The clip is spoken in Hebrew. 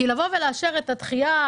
אפשר לאשר את הדחייה,